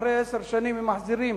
אחרי עשר שנים הם מחזירים,